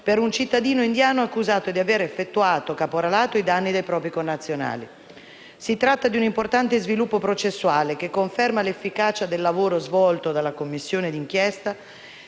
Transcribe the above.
per un cittadino indiano accusato di aver effettuato caporalato ai danni dei propri connazionali. Si tratta di un importante sviluppo processuale, che conferma l'efficacia del lavoro svolto dalla Commissione d'inchiesta,